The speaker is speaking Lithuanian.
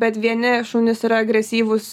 bet vieni šunys yra agresyvūs